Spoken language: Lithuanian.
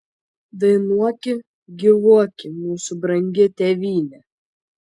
dainuoki gyvuoki mūsų brangi tėvyne